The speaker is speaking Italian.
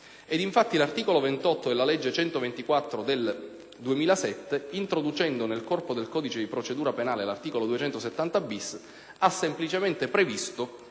infatti l'articolo 28 della legge n. 124 del 2007, introducendo nel corpo del codice di procedura penale l'articolo 270-*bis*, ha semplicemente previsto